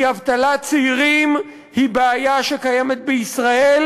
כי אבטלת צעירים היא בעיה שקיימת בישראל